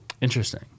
Interesting